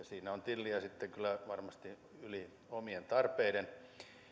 siinä on tilliä sitten kyllä varmasti yli omien tarpeiden